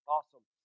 Awesome